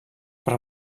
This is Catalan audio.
per